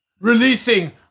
releasing